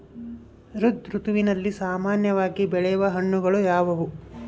ಝೈಧ್ ಋತುವಿನಲ್ಲಿ ಸಾಮಾನ್ಯವಾಗಿ ಬೆಳೆಯುವ ಹಣ್ಣುಗಳು ಯಾವುವು?